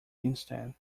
instead